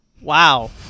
wow